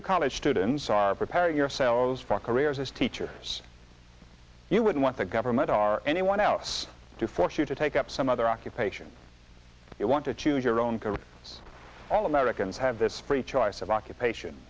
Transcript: you college students are preparing yourselves for careers as teachers you wouldn't want the government our anyone else to force you to take up some other occupation you want to choose your own career all americans have this free choice of occupation